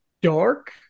dark